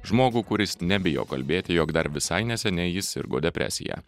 žmogų kuris nebijo kalbėti jog dar visai neseniai jis sirgo depresija